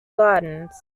gardens